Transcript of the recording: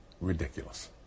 ridiculous